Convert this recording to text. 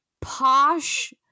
posh